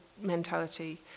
mentality